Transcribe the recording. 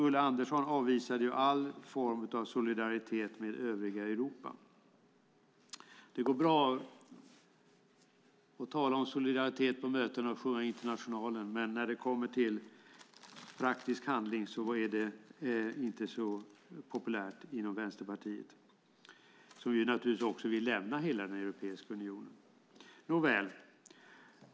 Ulla Andersson däremot avvisade varje form av solidaritet med övriga Europa. Det går bra att på möten tala om solidaritet och att sjunga Internationalen . Men när det kommer till praktisk handling är det inte så populärt inom Vänsterpartiet som naturligtvis helt vill lämna Europeiska unionen - nåväl.